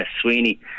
Sweeney